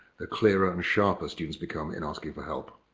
they're clearer and sharpers students become in asking for help.